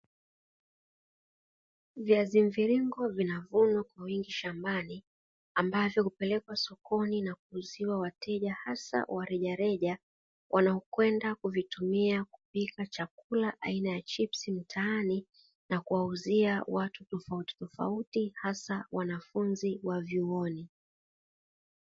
Viazi mviringo vinavunwa kwa wingi shambani, ambavyo hupelekwa sokoni na kuuziwa wateja, hasa wa rejareja, wanaokwenda kuvitumia kupika chakula aina ya chipsi mtaani na kuwauzia watu tofauti tofauti, hasa wanafunzi wa vyuoni.